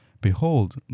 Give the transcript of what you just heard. Behold